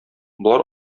болар